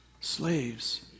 Slaves